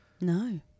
No